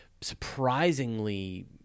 surprisingly